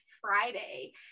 Friday